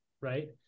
right